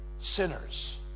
sinners